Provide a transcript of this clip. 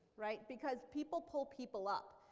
right? because people pull people up.